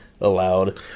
allowed